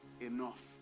enough